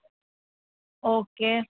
okay